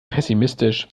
pessimistisch